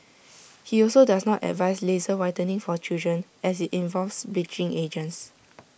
he also does not advise laser whitening for children as IT involves bleaching agents